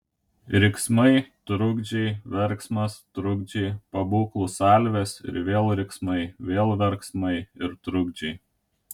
riksmai trukdžiai verksmas trukdžiai pabūklų salvės ir vėl riksmai vėl verksmai ir trukdžiai